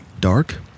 dark